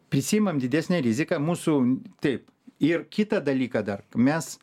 prisiimam didesnę riziką mūsų taip ir kitą dalyką dar mes